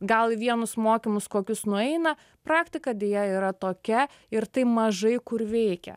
gal vienus mokymus kokius nueina praktika deja yra tokia ir tai mažai kur veikia